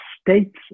states